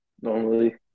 normally